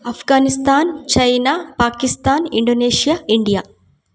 Afghanistan China Pakistan Indonesia India